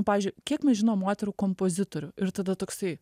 pavyzdžiui kiek mes žinom moterų kompozitorių ir tada toksai